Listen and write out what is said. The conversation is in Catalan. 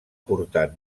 portar